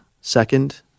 second